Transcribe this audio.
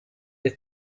iri